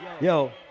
yo